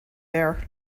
bear